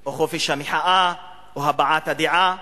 או חופש המחאה או חופש הבעת הדעה